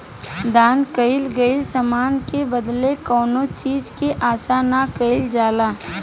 दान कईल गईल समान के बदला कौनो चीज के आसा ना कईल जाला